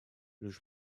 лишь